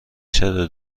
چرا